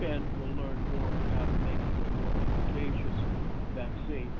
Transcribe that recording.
and we'll learn more about making a more efficacious vaccine.